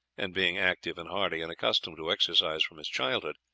and being active and hardy and accustomed to exercise from his childhood,